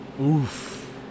Oof